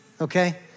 okay